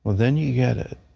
then you get it.